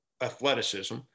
athleticism